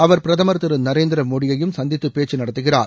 அவர் பிரதமர் திரு நரேந்திரமோடியையும் சந்தித்து பேச்சு நடத்துகிறார்